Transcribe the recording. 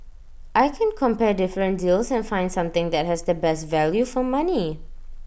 I can compare different deals and find something that has the best value for money